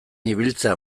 ibiltzea